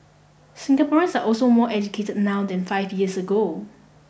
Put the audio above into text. Singaporeans are also more educated now than five years ago